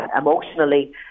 emotionally